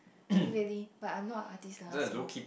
really but I'm not a artist lah so